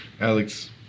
Alex